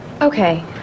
Okay